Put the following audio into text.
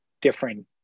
different